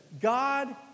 God